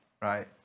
right